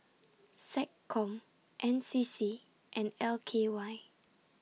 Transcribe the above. Seccom N C C and L K Y